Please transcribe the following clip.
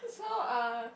so uh